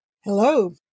Hello